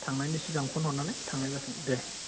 थांनायनि सिगां फन हरनानै थांनाय जासिगोन दे